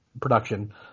production